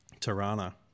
Tirana